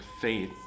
faith